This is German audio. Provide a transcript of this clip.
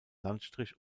landstrich